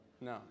No